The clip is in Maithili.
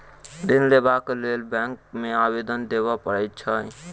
ऋण लेबाक लेल बैंक मे आवेदन देबय पड़ैत छै